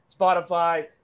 Spotify